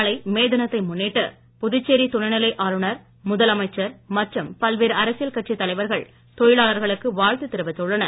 நாளை மே தினத்தை முன்னிட்டு புதுச்சேரி துணைநிலை ஆளுநர் முதலமைச்சர் மற்றும் பல்வேறு அரசியல் கட்சித் தலைவர்கள் தொழிலாளர்களுக்கு வாழ்த்து தெரிவித்துள்ளனர்